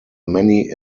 many